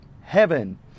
heaven